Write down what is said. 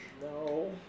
No